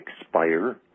expire